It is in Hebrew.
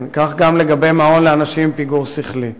לגבי מעון לאנשים עם פיגור שכלי.